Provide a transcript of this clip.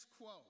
quo